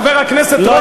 חבר הכנסת רוזנטל,